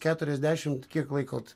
keturiasdešimt kiek laikot